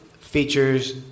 Features